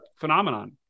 phenomenon